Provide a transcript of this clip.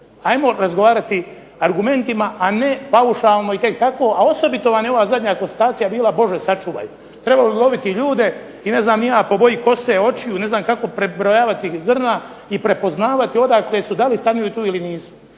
ajmo razgovarati o argumentima a ne paušalno i tek tako, a osobito ova zadnja konstatacija vam je bila bože sačuvaj. Treba loviti ljude po boji kose, očiju, ne znam kako prebrojavati zrna i prepoznavati odakle su da li stanuju tu ili nisu.